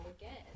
again